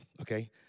okay